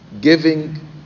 giving